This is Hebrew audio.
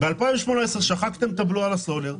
ב-2018 שחקתם את הבלו על הסולר.